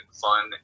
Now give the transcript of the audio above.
fun